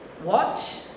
Watch